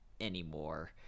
anymore